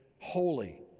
holy